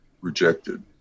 rejected